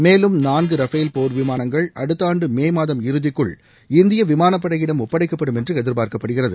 மேலும் நான்கு ரஃபேல் போர் விமானங்கள் அடுத்த ஆண்டு மே மாதம் இறுதிக்குள் இந்திய விமானப் படையிடம் ஒப்படைக்கப்படும் என்று எதிர்பார்க்கப்படுகிறது